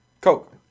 Coke